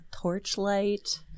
Torchlight